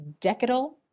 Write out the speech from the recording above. decadal